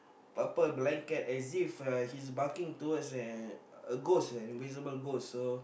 purple blanket as if uh he's barking towards an a ghost an invisible ghost so